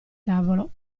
tavolo